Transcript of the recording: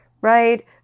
right